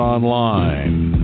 Online